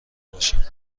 باشم